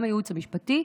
גם הייעוץ המשפטי,